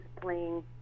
playing